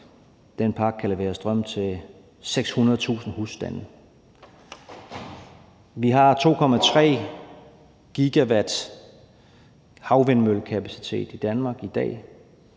Den park kan levere strøm til 600.000 husstande. Vi har 2,3 GW havvindmøllekapacitet i Danmark i dag.